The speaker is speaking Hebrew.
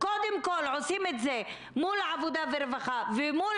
קודם כול עושים את זה מול העבודה והרווחה ומול